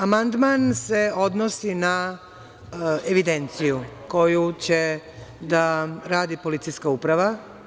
Amandman se odnosi na evidenciju koju će da radi policijska uprava.